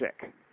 sick